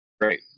great